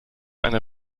eine